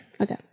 Okay